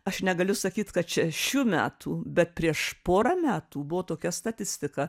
aš negaliu sakyt kad čia šių metų bet prieš porą metų buvo tokia statistika